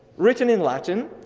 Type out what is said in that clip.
written in latin,